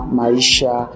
maisha